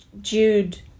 Jude